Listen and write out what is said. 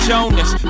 Jonas